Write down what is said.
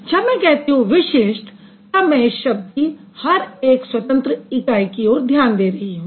जब मैं कहती हूँ विशिष्ट तब मैं इस शब्द की हर एक स्वतंत्र इकाई की ओर ध्यान दे रही हूँ